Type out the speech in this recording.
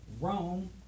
Rome